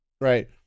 right